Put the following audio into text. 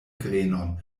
grenon